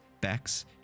Bex